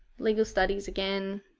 legal studies again,